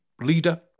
leader